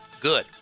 good